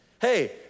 Hey